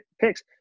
picks